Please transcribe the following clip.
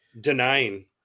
denying